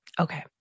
Okay